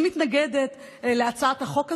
אני מתנגדת להצעת החוק הזו,